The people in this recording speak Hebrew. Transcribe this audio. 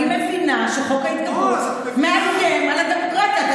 אני מבינה שחוק ההתגברות מאיים על הדמוקרטיה.